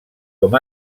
com